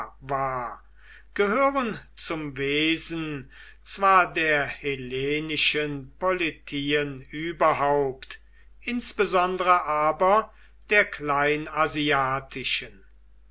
gehören zum wesen zwar der hellenischen politien überhaupt insbesondere aber der kleinasiatischen